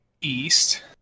East